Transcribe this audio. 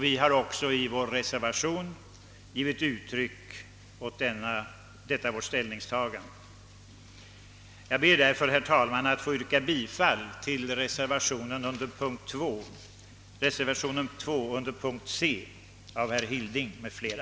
Vi har i vår reservation givit uttryck åt detta vårt ställningstagande. Jag ber därför, herr talman, att få yrka bifall till reservationen 2 under punkten C av herr Hilding m.fl.